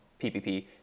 PPP